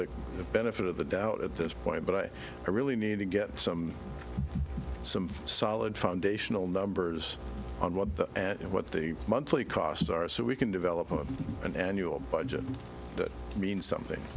the benefit of the doubt at this point but i really need to get some some solid foundational numbers on what that and what the monthly costs are so we can develop an annual budget that means something